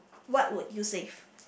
what would you save